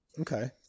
Okay